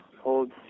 hold